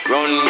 Run